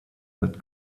that